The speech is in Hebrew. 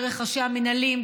דרך ראשי המינהלים,